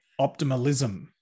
optimalism